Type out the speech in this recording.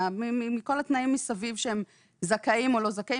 מכל התנאים שמסביב להם הם זכאים או לא זכאים.